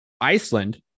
Iceland